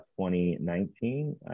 2019